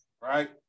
right